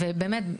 ובאמת,